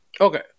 Okay